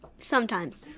sometimes.